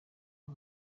uwo